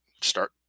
start